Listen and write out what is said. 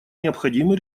необходимы